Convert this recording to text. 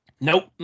Nope